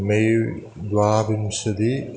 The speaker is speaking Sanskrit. मै द्वाविंशतिः